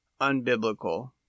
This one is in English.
unbiblical